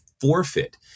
forfeit